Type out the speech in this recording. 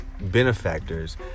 benefactors